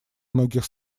многих